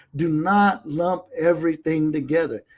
do not lump everything together.